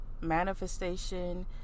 manifestation